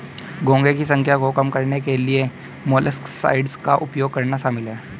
घोंघे की संख्या को कम करने के लिए मोलस्कसाइड्स का उपयोग करना शामिल है